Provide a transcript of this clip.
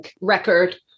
record